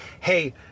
hey